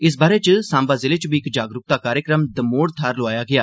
इस बारै च सांबा जिले च बी इक जागरूकता कार्यक्रम दमोड़ थाह्र लोआया गेआ